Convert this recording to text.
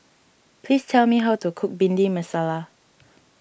please tell me how to cook Bhindi Masala